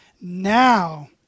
Now